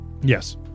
Yes